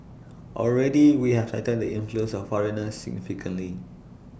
already we have tightened the inflows of foreigners significantly